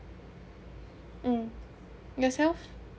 mm yourself